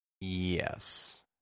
yes